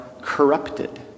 corrupted